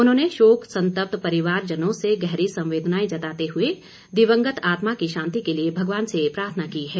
उन्होंने शोक संतप्त परिवारजनों से गहरी संवेदनाएं जताते हुए दिवंगत आत्मा की शांति के लिए भगवान से प्रार्थना की है